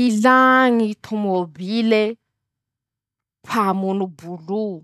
Ilà ñy tômôbile, pamono boloo,